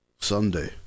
Sunday